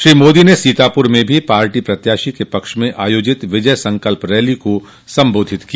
श्री मोदी ने सीतापुर में भी पार्टी प्रत्याशी के पक्ष में आयोजित विजय संकल्प रैली को संबोधित किया